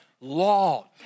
law